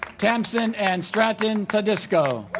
tamsen ann stratton todisco